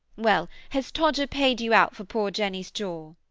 well, has todger paid you out for poor jenny's jaw?